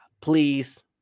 please